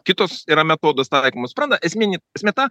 kitos yra metodas taikomas suprantat yra esmi esmė ta